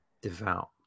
devout